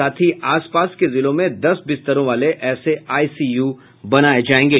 साथ ही आस पास के जिलों में दस बिस्तरों वाले ऐसे आईसीयू बनाये जायेंगे